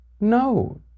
No